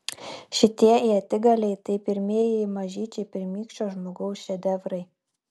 šitie ietigaliai tai pirmieji mažyčiai pirmykščio žmogaus šedevrai